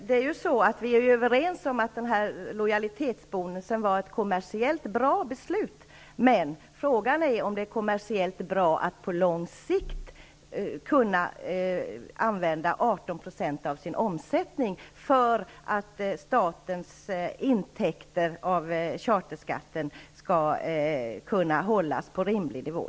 Herr talman! Vi är överens om att beslutet om lojalitetsbonus var ett kommersiellt bra beslut, men frågan är om det är kommersiellt bra att på lång sikt använda 18 % av omsättningen till att statens intäkter av charterskatten skall kunna hållas på rimlig nivå.